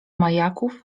majaków